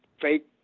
fake